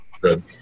good